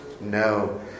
No